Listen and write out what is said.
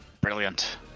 Brilliant